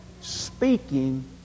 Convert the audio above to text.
speaking